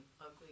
ugly